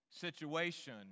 situation